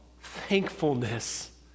thankfulness